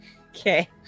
Okay